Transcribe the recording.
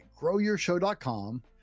GrowYourShow.com